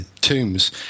tombs